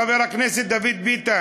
חבר הכנסת דוד ביטן,